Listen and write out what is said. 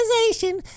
organization